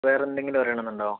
വേറെന്തെങ്കിലും അറിയണമെന്നുണ്ടോ